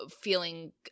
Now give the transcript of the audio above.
feeling